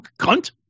cunt